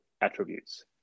attributes